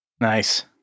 Nice